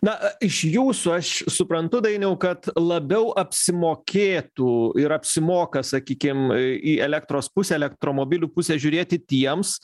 na iš jūsų aš suprantu dainiau kad labiau apsimokėtų ir apsimoka sakykim į elektros pusę elektromobilių pusę žiūrėti tiems